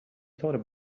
thought